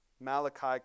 Malachi